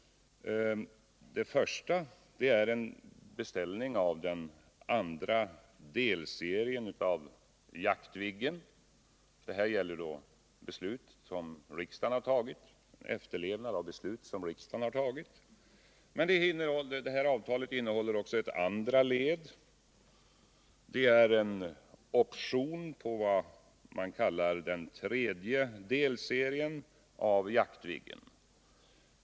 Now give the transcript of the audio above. Den första är en beställning av den andra delserien av Jaktviggen. Den har gjorts i efterlevnad av ett beslut som riksdagen har fattat. Den andra delen är en option på vad man kallar den tredje delserien av Jaktviggen.